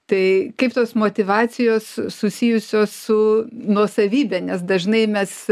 tai kaip tos motyvacijos susijusios su nuosavybe nes dažnai mes